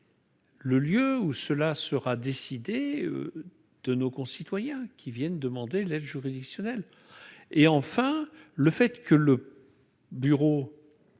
Le lieu où cela sera décidé de nos concitoyens qui viennent demander de l'aide juridictionnelle, et enfin le fait que le bureau